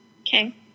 Okay